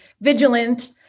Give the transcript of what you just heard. vigilant